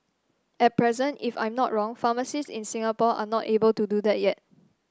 at present if I'm not wrong pharmacists in Singapore are not able to do that yet